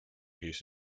his